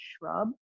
shrub